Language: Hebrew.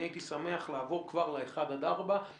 אני הייתי שמח לעבור כבר לאחד עד ארבעה קילומטר.